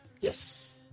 Yes